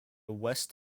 west